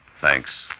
Thanks